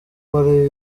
paul